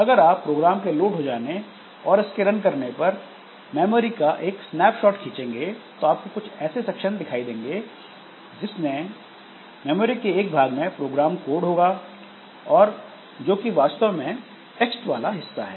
अगर आप प्रोग्राम के लोड हो जाने और इसके रन करने पर मेमोरी का एक स्नैपशॉट खींचेंगे तो आपको ऐसे कुछ सेक्शन दिखाई देंगे जिसमें मेमोरी के एक भाग में प्रोग्राम कोड होगा जो कि वास्तव में टेक्स्ट वाला हिस्सा है